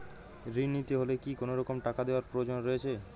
ঋণ নিতে হলে কি কোনরকম টাকা দেওয়ার প্রয়োজন রয়েছে?